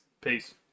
Peace